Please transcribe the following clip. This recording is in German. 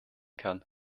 kann